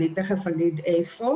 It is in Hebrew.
כבר אומר היכן.